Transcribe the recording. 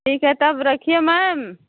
ठीक है तब रखिए मैम